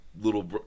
little